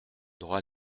droit